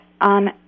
on